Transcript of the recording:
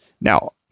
Now